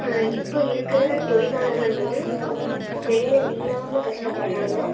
இப்போ இருக்கிற தொழிலாளர்கள் வந்து வேலை இல்லாமல் கஷ்டப்படுறாங்க